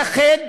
לייחד